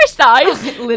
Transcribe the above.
exercise